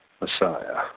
Messiah